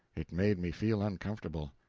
it made me feel uncomfortable.